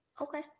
okay